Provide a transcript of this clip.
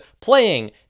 playing